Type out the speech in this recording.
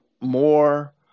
more